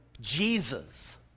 Jesus